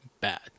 bad